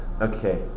okay